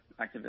activists